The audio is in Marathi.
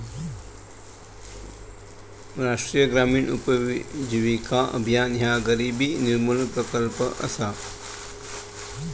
राष्ट्रीय ग्रामीण उपजीविका अभियान ह्या गरिबी निर्मूलन प्रकल्प असा